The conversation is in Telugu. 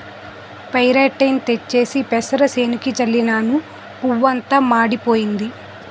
పెరాటేయిన్ తెచ్చేసి పెసరసేనుకి జల్లినను పువ్వంతా మాడిపోయింది